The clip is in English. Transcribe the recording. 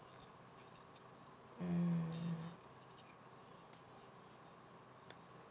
mm